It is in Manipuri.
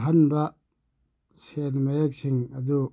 ꯑꯍꯥꯟꯕ ꯁꯦꯜ ꯃꯌꯦꯛꯁꯤꯡ ꯑꯗꯨ